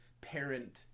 parent